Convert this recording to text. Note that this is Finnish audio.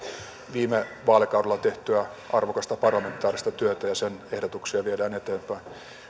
viime vaalikaudella tehtyä arvokasta parlamentaarista työtä ja sen ehdotuksia viedään eteenpäin